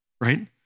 right